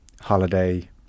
Holiday